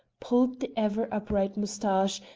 pulled the ever upright moustache,